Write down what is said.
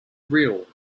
real